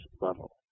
level